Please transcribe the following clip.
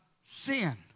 sin